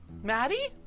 Maddie